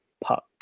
puck